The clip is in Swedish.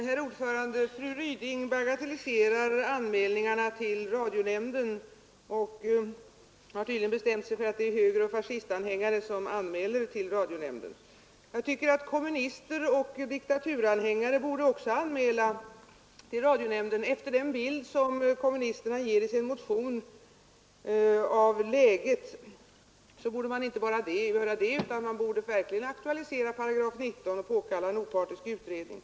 Herr talman! Fru Ryding bagatelliserar anmälningarna till radionämnden och har tydligen bestämt sig för att det bara är högeroch fascistanhängare som anmäler till radionämnden. Jag tycker att kommunister och diktaturanhängare också borde göra anmälningar till radionämnden. Enligt den bild av läget som kommunisterna ger i sin motion borde de inte bara göra det utan också verkligen aktualisera 19 § och påkalla en opartisk utredning.